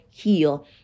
heal